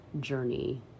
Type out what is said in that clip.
journey